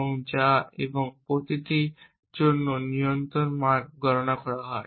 যা T এবং তারপর প্রতিটির জন্য নিয়ন্ত্রণ মান গণনা করা হয়